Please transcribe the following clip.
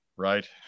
right